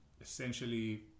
essentially